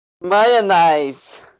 mayonnaise